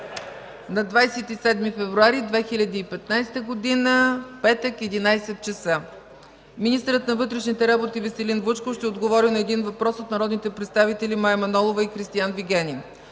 на 27 февруари 2015 г., петък, 11,00 ч.: - министърът на вътрешните работи Веселин Вучков ще отговори на един въпрос от народните представители Мая Манолова и Кристиан Вигенин;